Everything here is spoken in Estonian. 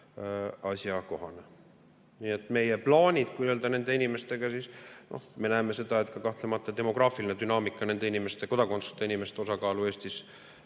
asjakohane. Nii et meie plaanid nende inimestega – me näeme seda, et kahtlemata demograafiline dünaamika nende, kodakondsuseta inimeste osakaalu Eestis